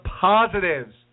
positives